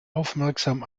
aufmerksam